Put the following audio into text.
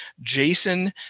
Jason